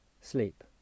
sleep